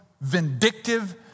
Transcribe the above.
vindictive